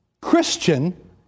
Christian